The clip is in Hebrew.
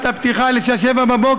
עם כל הכבוד.